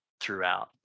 throughout